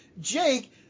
jake